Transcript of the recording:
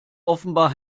offenbar